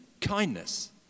Kindness